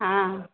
हँ